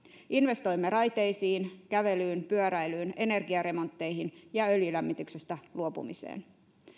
investoimme raiteisiin kävelyyn pyöräilyyn energiaremontteihin ja öljylämmityksestä luopumiseen